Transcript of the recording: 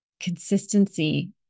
consistency